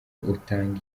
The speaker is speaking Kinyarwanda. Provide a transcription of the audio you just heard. utanga